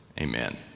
Amen